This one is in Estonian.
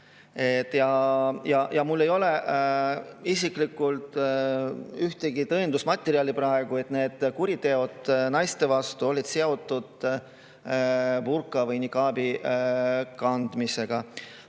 Mul ei ole isiklikult praegu tõendusmaterjali, et need kuriteod naiste vastu olid seotud burka või nikaabi kandmisega.